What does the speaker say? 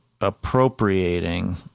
appropriating